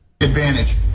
Advantage